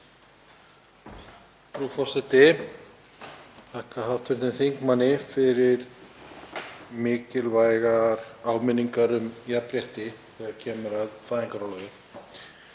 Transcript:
Frú forseti. Ég þakka hv. þingmanni fyrir mikilvægar áminningar um jafnrétti þegar kemur að fæðingarorlofi.